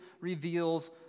reveals